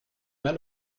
mal